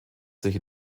sich